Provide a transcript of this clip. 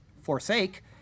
forsake